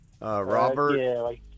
Robert